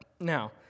Now